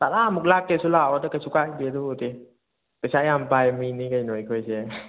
ꯇꯔꯥꯃꯨꯛ ꯂꯥꯛꯀꯦꯁꯨ ꯂꯥꯛꯑꯣꯗ ꯀꯩꯁꯨ ꯀꯥꯏꯗꯦ ꯑꯗꯨꯕꯨꯗꯤ ꯄꯩꯁꯥ ꯌꯥꯝ ꯄꯥꯏꯕ ꯃꯤꯅꯤ ꯀꯩꯅꯣ ꯑꯩꯈꯣꯏꯁꯦ